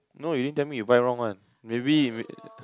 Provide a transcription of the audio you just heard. no you didn't tell me you buy wrong one maybe